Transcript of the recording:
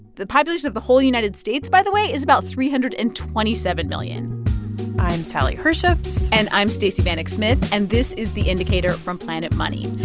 the population of the whole united states, by the way, is about three hundred and twenty seven million i'm sally herships and i'm stacey vanek smith. and this is the indicator from planet money.